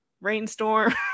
rainstorm